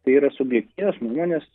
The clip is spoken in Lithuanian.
tai yra subjektyvūs žmonės